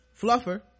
fluffer